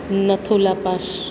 નથૂ લા પાશ